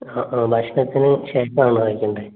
ആ ആ ഭക്ഷണത്തിന് ശേഷം ആണല്ലോ കഴിക്കേണ്ടത്